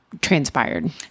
transpired